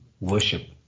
worship